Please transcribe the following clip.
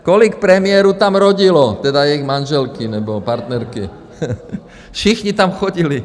Kolik premiérů tam rodilo, tedy jejich manželky nebo partnerky, všichni tam chodili.